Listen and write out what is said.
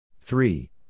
Three